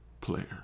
player